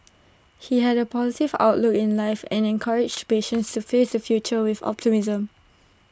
he had A positive outlook in life and encouraged patients to face the future with optimism